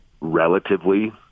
relatively